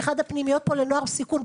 באחד הפנימיות פה לנוער בסיכון,